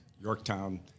Yorktown